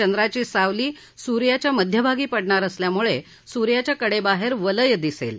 चंद्राची सावली सूर्याच्या मध्यभागी पडणार असल्यामुळे सूर्याच्या कडेबाहेर वलय दिसेल